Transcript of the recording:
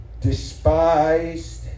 despised